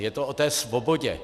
Je to o té svobodě.